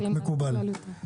מקובל.